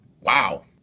wow